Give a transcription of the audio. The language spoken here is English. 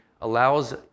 allows